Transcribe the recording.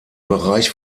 bereich